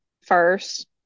first